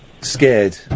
scared